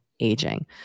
aging